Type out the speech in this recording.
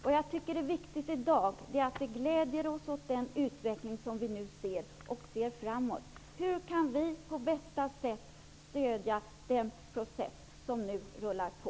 Det är i dag viktigt att vi glädjer oss åt den utveckling som nu sker och ser framåt: Hur kan vi på bästa sätt stödja den process som nu rullar på?